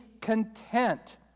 content